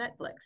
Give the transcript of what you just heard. Netflix